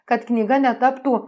kad knyga netaptų